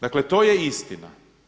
Dakle, to je istina.